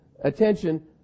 attention